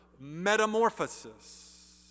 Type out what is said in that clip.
metamorphosis